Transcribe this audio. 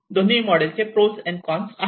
दोन्ही मॉडेल चे pros and cons आहेत